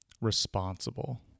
responsible